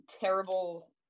terrible